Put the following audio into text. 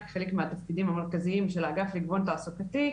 כחלק מהתפקידים המרכזיים של האגף לגיוון תעסוקתי.